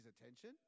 attention